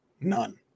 None